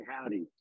howdy